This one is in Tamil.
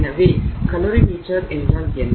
எனவே கலோரிமீட்டர் என்றால் என்ன